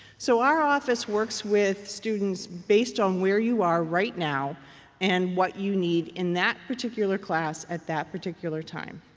so our office works with students based on where you are right now and what you need in that particular class at that particular time.